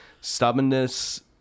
stubbornness